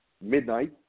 midnight